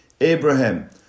Abraham